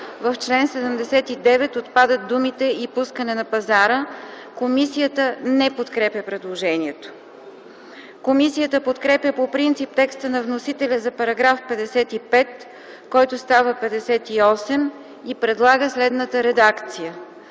В чл. 79 отпадат думите „и пускане на пазара”.” Комисията не подкрепя предложението. Комисията подкрепя по принцип текста на вносителя за § 55, който става § 58, и предлага следната редакция: